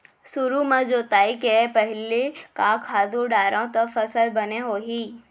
सुरु म जोताई के पहिली का खातू डारव त फसल बने होही?